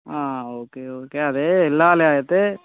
okay okay అదే వెళ్ళాలి అయితే